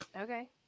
Okay